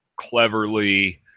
cleverly